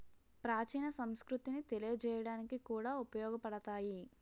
ప్రాచీన సంస్కృతిని తెలియజేయడానికి కూడా ఉపయోగపడతాయి